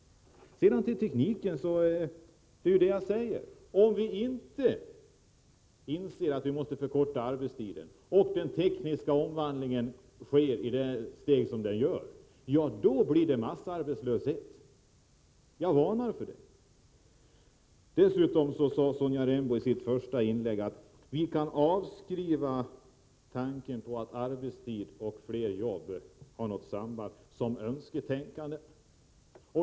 När det gäller tekniken har jag sagt, att om vi inte inser att vi måste förkorta arbetstiden och den tekniska omvandlingen fortsätter i samma takt som nu blir det massarbetslöshet. Jag varnar för det. Sonja Rembo sade i sitt första inlägg att tanken på att arbetstid och fler jobb har ett samband kan avskrivas som önsketänkande.